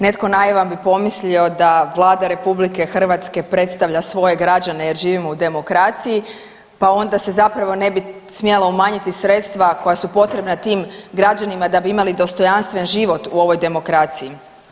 Netko naivan bi pomislio da Vlada RH predstavlja svoje građane jer živimo u demokraciji, pa onda se zapravo nebi smjela umanjiti sredstva koja su potrebna tim građanima da bi imali dostojanstven život u ovoj demokraciji.